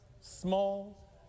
small